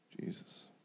Jesus